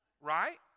Right